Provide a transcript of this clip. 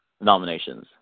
nominations